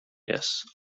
yes